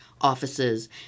offices